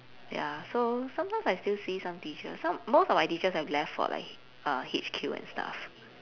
ya so sometimes I still see some teachers some most of my teachers have left for like uh H_Q and stuff